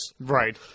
Right